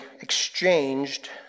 exchanged